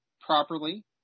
properly